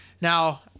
Now